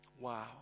wow